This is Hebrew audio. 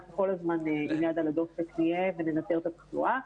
אנחנו כל הזמן עם יד על הדופק וננטר את התחלואה.